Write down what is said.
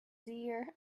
dear